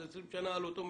זה 20 שנים על אותו מפרט.